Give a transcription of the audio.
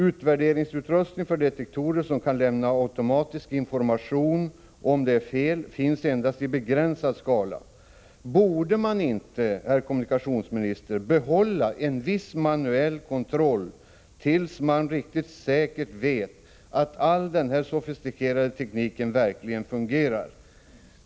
Utvärderingsutrustning för detektorer som kan lämna automatisk information om fel finns endast i begränsad skala. Borde man inte, herr kommunikationsminister, behålla en viss manuell kontroll till dess man riktigt säkert vet att all sofistikerad teknik verkligen fungerar?